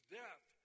death